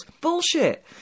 bullshit